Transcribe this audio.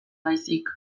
baizik